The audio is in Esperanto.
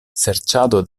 serĉado